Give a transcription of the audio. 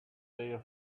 their